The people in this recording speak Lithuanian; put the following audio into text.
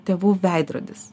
tėvų veidrodis